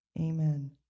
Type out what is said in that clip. Amen